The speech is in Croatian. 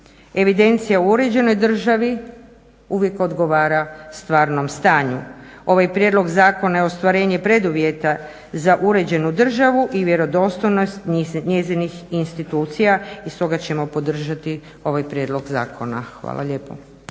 Evidencija u uređenoj državi uvijek odgovara stvarnom stanju. Ovaj prijedlog zakona je ostvarenje preduvjeta za uređenu državu i vjerodostojnost njezinih institucija i stoga ćemo podržati ovaj prijedlog zakona. Hvala lijepo.